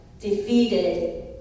defeated